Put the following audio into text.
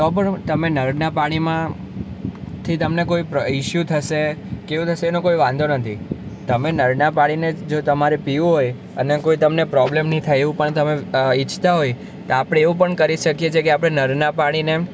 તો પણ તમે નળનાં પાણીમાંથી તમને કોઈ ઇસ્યુ થશે કે કે એવું થશે એનો કોઈ વાંધો નથી તમે નળનાં પાણીને જો તમારે પીવું હોય અને કોઈ તમને પ્રોબ્લેમ નહીં થાય એવું પણ તમે ઇચ્છતા હોય તો આપણે એવું પણ કરી શકીએ છીએ કે આપણે નળનાં પાણીને